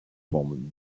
from